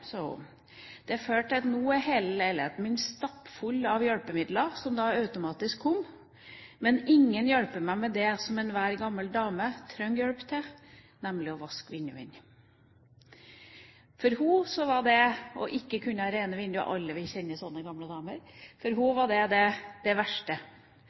hele leiligheten min stappfull av hjelpemidler som automatisk kom, men ingen hjelper meg med det som enhver gammel dame trenger hjelp til, nemlig å vaske vinduene. For henne var det å ikke ha rene vinduer – og alle kjenner vi sånne gamle damer – det verste.